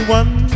one